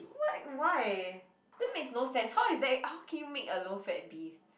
what why that makes no sense how is that how can you make a low fat beef